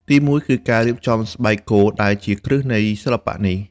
ទីមួយគឺការរៀបចំស្បែកគោដែលជា គ្រឹះនៃសិល្បៈនេះ។